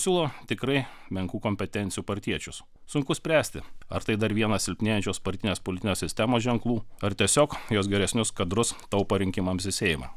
siūlo tikrai menkų kompetencijų partiečius sunku spręsti ar tai dar vienas silpnėjančios partinės politinės sistemos ženklų ar tiesiog jos geresnius kadrus taupo rinkimams į seimą